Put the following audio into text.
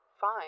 Fine